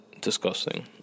disgusting